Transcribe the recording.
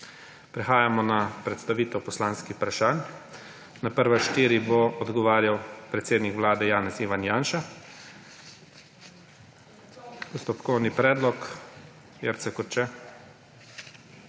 Prehajamo na predstavitev poslanskih vprašanj. Na prva štiri bo odgovarjal predsednik Vlade Janez Ivan Janša. /oglašanje iz dvorane/